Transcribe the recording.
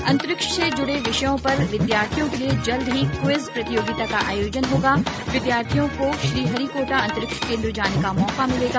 अंतरिक्ष से जुड़े विषयों पर विद्यार्थियों के लिए जल्द ही क्विज प्रतियोगिता का आयोजन होगा विद्यार्थियों को श्रीहरिकोटा अंतरिक्ष केन्द्र जाने का मौका मिलेगा